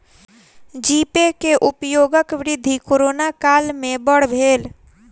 जी Pay के उपयोगक वृद्धि कोरोना काल में बड़ भेल